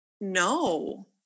No